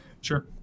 Sure